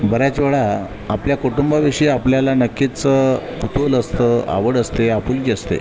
बऱ्याच वेळा आपल्या कुटुंबविषयी आपल्याला नक्कीच कुतूहल असतं आवड असते आपुलकी असते